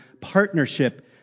partnership